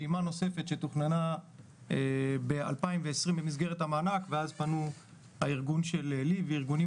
פעימה נוספת שתוכננה ב-2020 במסגרת המענק ואז פנו הארגון של לי וארגונים